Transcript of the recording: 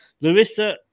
Larissa